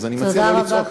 תודה רבה.